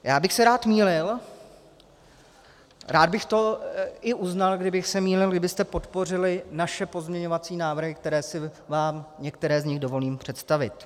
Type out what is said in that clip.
Já bych se rád mýlil, rád bych to i uznal, kdybych se mýlil, kdybyste podpořili naše pozměňovací návrh, které si vám některé z nich dovolím představit.